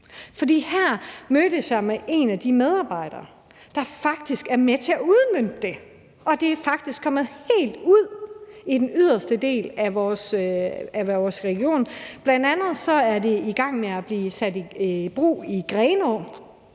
her mødtes jeg med en af de medarbejdere, der faktisk er med til at udmønte det her, og det er faktisk kommet helt ud til den yderste del af vores region. Bl.a. er det i gang med at blive taget i brug i Grenaa,